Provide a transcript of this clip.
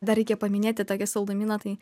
dar reikia paminėti tokį saldumyną tai